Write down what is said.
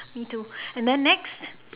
me too and then next